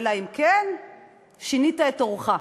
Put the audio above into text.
אלא אם כן שינית את עורך.